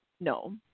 no